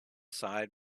side